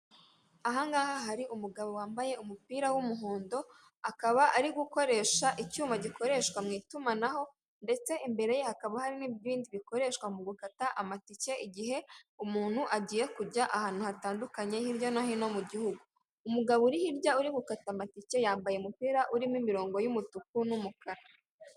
Ahangaha hari umugabo wambaye umupira w'umuhondo, akaba ari gukoresha icyuma gikoreshwa mw’ itumanaho ndetse imbere ye hakaba hari n'ibindi bikoreshwa mu gukata amatike igihe umuntu agiye kujya ahantu hatandukanye hirya no hino mu gihugu, umugabo uri hirya uri gukata amatike, yambaye umupira urimo imirongo y'umutuku n'umukara.